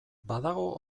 badago